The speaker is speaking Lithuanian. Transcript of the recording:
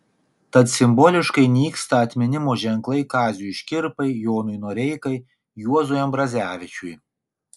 tad simboliškai nyksta atminimo ženklai kaziui škirpai jonui noreikai juozui ambrazevičiui